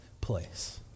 place